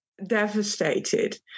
devastated